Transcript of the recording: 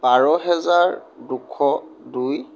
বাৰ হেজাৰ দুশ দুই